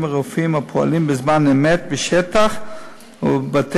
הרפואיים הפועלים בזמן אמת בשטח ובבתי-החולים.